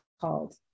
called